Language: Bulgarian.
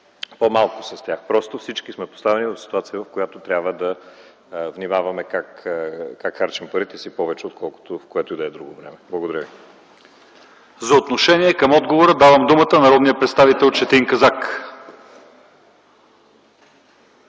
по-малко с тях. Просто всички сме поставени в ситуация в която трябва да внимаваме как харчим парите си, отколкото, в което и да е друго време. Благодаря ви. ПРЕДСЕДАТЕЛ ЛЪЧЕЗАР ИВАНОВ: За отношение към отговора давам думата на народния представител Четин Казак.